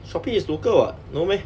Shopee is local [what] no meh